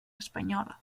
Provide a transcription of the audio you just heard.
espanyola